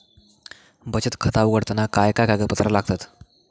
बचत खाता उघडताना काय कागदपत्रा लागतत?